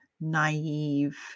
naive